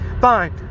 Fine